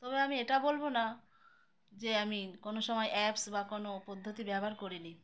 তবে আমি এটা বলবো না যে আমি কোনো সময় অ্যাপস বা কোনো পদ্ধতি ব্যবহার করিনি